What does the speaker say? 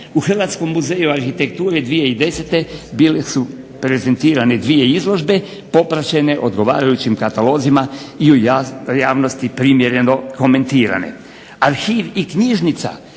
U Hrvatskom muzeju arhitekture 2010. bile su prezentirane 2 izložbe popraćene odgovarajućim katalozima i u javnosti primjereno komentirane.